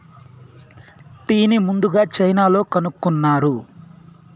టీని ముందుగ చైనాలో కనుక్కున్నారు